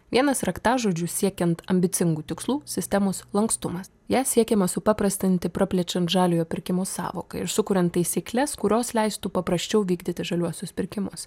vienas raktažodžių siekiant ambicingų tikslų sistemos lankstumas ją siekiama supaprastinti praplečiant žaliojo pirkimo sąvoką ir sukuriant taisykles kurios leistų paprasčiau vykdyti žaliuosius pirkimus